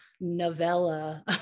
novella